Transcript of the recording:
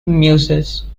muses